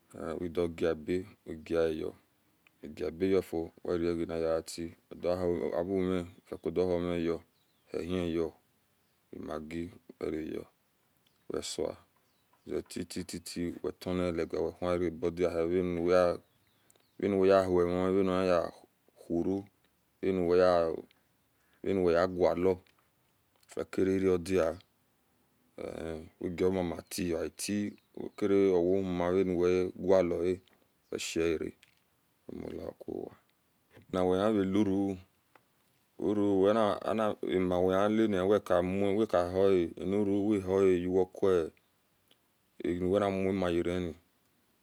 udiogaba wegiayo uagigiebeyofio weregana niyetie wediohaumi fiodahumiyo enieyo maggi werayo wesoa zie titi titi wetonahiluga we wonrega badia nia anuweye uhomini eniyauhora van we yegala fikira irodia e̱ nugomama tie oga tie we kadiowo umaraniwe mamauloa weshe aria wehialuru-u uru-u ani ama-wehi lana weka-a wekahua ani turu-u wehea uwekuo agiu wenimu-mayerani